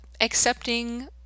accepting